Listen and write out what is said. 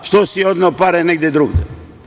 Što si odneo pare negde drugde?